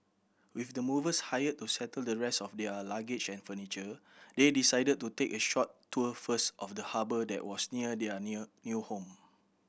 with the movers hired to settle the rest of their luggage and furniture they decided to take a short tour first of the harbour that was near their new new home